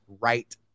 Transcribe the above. right